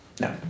No